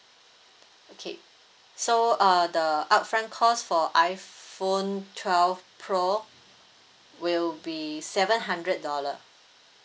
okay so uh the upfront cost for iphone twelve pro will be seven hundred dollar